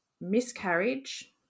miscarriage